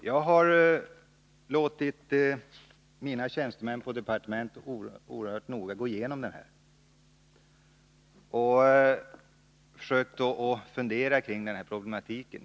Herr talman! Jag har låtit mina tjänstemän på departementet gå igenom frågan mycket noga. Vi har försökt att tränga in i problematiken.